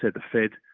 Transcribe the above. the fed